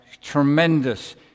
tremendous